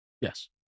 yes